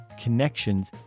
connections